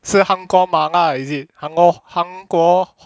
是韩国麻辣 is it 什么韩国